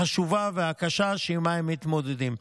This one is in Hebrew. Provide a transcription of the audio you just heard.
החשובה והקשה שעימה הם מתמודדים.